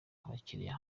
abakiriya